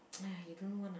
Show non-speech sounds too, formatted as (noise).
(noise) !aiya! you don't know one ah